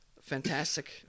fantastic